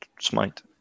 smite